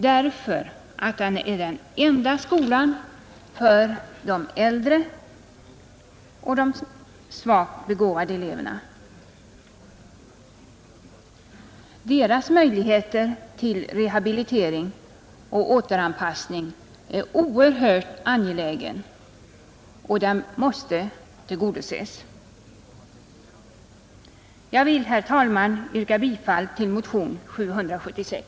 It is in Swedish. Den är den enda skolan för dessa äldre och svagt begåvade elever. Att de kan rehabiliteras och återanpassas är oerhört angeläget, och deras möjligheter härtill måste tillgodoses. Jag vill, herr talman, yrka bifall till motionen 776.